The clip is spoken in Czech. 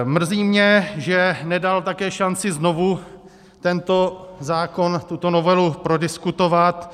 Mrzí mě, že nedal také šanci znovu tento zákon, tuto novelu prodiskutovat.